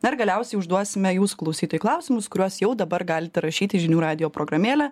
na ir galiausiai užduosime jūs klausytojų klausimus kuriuos jau dabar galite rašyti į žinių radijo programėlę